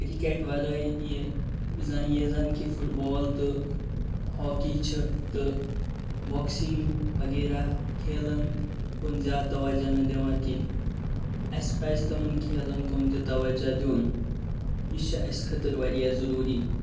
cricket وَرٲے یہِ بہٕ زَن یہِ زَن کہِ فُٹبال تہٕ ہاکی چھِ تہٕ بۄکسِنگ وغیرہ کھیلَن کُن زیادٕ توَجہ نہٕ دِوان کیٚنہہ اَسہِ پَزِ تِمَن کھیلَن کُن تہِ توَجہ دیُن یہِ چھِ اَسہِ خٲطر واریاہ ضٔروٗری